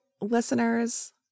listeners